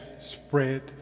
spread